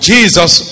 Jesus